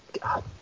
God